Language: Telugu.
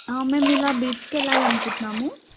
మేము ఇలా బీచ్కు వెళ్ళాలి అనుకుంటున్నాము